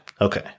Okay